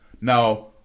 Now